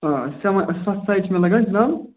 آ سیٚوَن ستھ سایز چھُ مےٚ لَگان جِناب